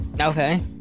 okay